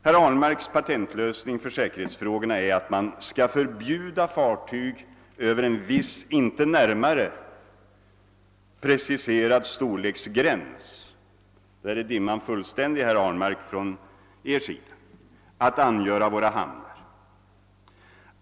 Herr Ahlmarks patentlösning för säkerhetsfrågorna är att man skall förbjuda fartyg över en viss inte närmare preciserad storleksgräns — där är dimman fullständig från herr Ahlmarks sida — att angöra våra hamnar.